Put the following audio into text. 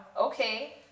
okay